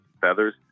feathers